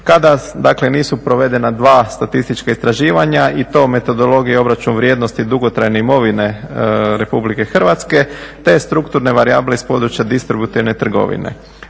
dakle nisu provedena dva statistička istraživanja i to metodologijom obračun vrijednosti dugotrajne imovine RH te strukturne varijable iz područja distributivne trgovine.